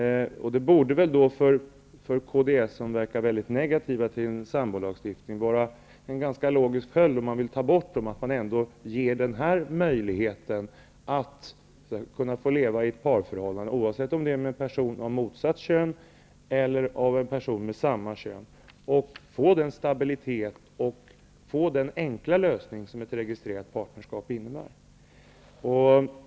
Det borde för Kds, som verkar väldigt negativt till sambolagstiftningen, vara en ganska logisk följd att ändå ge människor möjlighet att få leva i ett parförhållande, oavsett om det är med en person av motsatt kön eller en person med samma kön. Då skulle man få den stabilitet och den enkla lösning som ett registrerat partnerskap innebär.